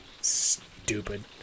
stupid